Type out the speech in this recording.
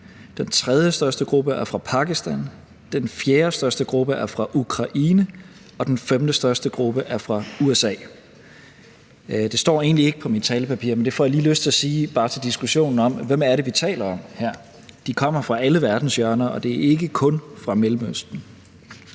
den tredjestørste gruppe er fra Pakistan, den fjerdestørste gruppe er fra Ukraine, og den femtestørste gruppe er fra USA. Det står egentlig ikke på mit talepapir, men det får jeg lige lyst til at sige, bare til diskussionen om, hvem det er, vi taler om her. De kommer fra alle verdenshjørner, og det er ikke kun fra Mellemøsten.